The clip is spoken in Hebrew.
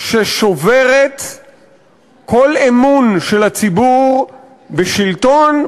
ששוברות כל אמון של הציבור בשלטון,